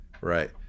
right